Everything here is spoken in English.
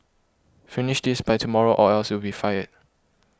finish this by tomorrow or else you'll be fired